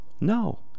No